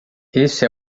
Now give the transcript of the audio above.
esse